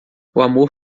amor